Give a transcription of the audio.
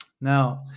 Now